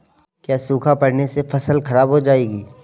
क्या सूखा पड़ने से फसल खराब हो जाएगी?